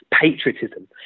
patriotism